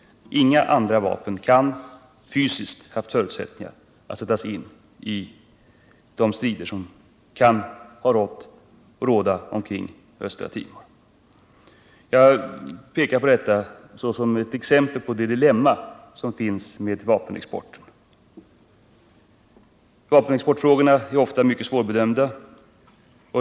Inga andra vapen kan ha haft fysiska förutsättningar att sättas in i de strider som har rått och råder omkring Östra Timor. Jag har velat peka på detta såsom ett exempel på det dilemma som föreligger när det gäller vapenexportfrågorna. Dessa är ofta mycket svårbedömda.